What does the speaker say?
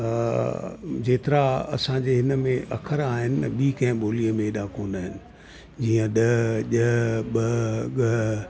अ जेतिरा असांजे हिनमें अख़र आहिनि न ॿी कंहिं ॿोलीअ में एॾा कोन्हनि जीअं ॾ ॼ ॿ ॻ